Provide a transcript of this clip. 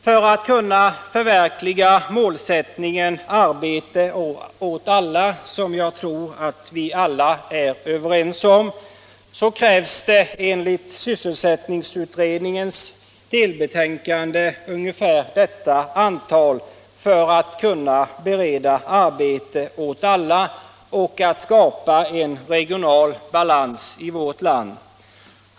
För att kunna förverkliga den målsättningen arbete åt alla, som jag tror vi är överens om, krävs det enligt sysselsättningsutredningens delbetänkande ungefär detta antal om man vill skapa en regional balans i vårt land.